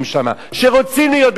שרוצים להיות בחיל האוויר,